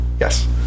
Yes